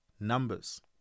numbers